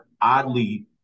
oddly